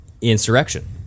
insurrection